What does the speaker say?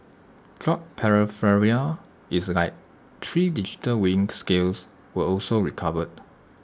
drug paraphernalia is like three digital weighing scales were also recovered